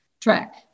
track